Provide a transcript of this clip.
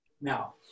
Now